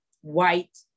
white